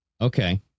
Okay